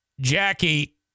Jackie